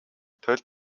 толь